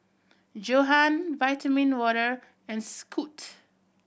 Johan Vitamin Water and Scoot